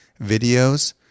videos